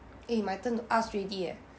eh my turn to ask already eh